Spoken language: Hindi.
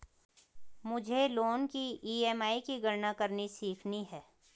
मुझे लोन की ई.एम.आई की गणना करनी सीखनी है